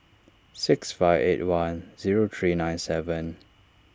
six five eight one zero three nine seven